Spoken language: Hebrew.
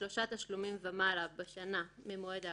שלושה תשלומים ומעלה בשנה ממועד ההכרה,